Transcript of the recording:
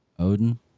Odin